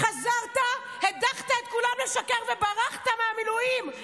חזרת, הדחת את כולם לשקר וברחת מהמילואים.